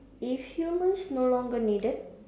if humans no longer needed